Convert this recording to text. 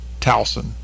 Towson